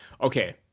okay